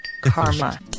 karma